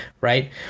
right